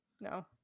no